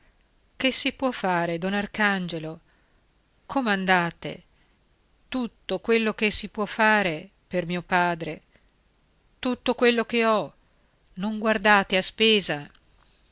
che si può fare don arcangelo comandate tutto quello che si può fare per mio padre tutto quello che ho non guardate a spesa